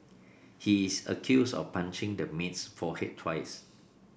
he is accused of punching the maid's forehead twice